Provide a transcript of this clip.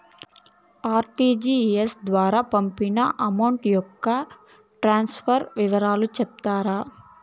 RTGS ద్వారా పంపిన amount యొక్క ట్రాన్స్ఫర్ వివరాలు సెప్తారా